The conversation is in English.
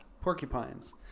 porcupines